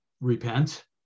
repent